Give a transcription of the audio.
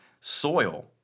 soil